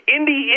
Indy